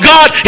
God